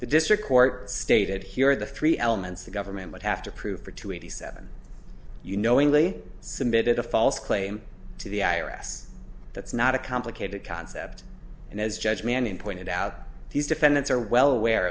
the district court stated here are the three elements the government would have to prove for two eighty seven you knowingly submitted a false claim to the i r s that's not a complicated concept and as judge manning pointed out these defendants are well aware